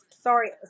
Sorry